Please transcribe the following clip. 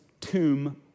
tomb